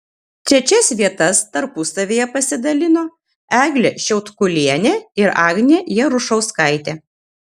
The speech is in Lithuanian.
trečias vietas tarpusavyje pasidalino eglė šiaudkulienė ir agnė jarušauskaitė